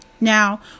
Now